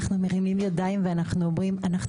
אנחנו מרימים ידיים ואנחנו אומרים,